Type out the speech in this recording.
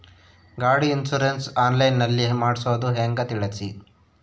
ಗಾಡಿ insurance online ನಲ್ಲಿ ಮಾಡ್ಸೋದು ಹೆಂಗ ತಿಳಿಸಿ?